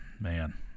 Man